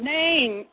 name